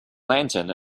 lantern